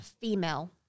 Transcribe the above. female